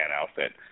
outfit